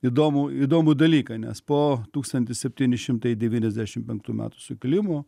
įdomų įdomų dalyką nes po tūkstantis septyni šimtai devyniasdešim penktų metų sukilimo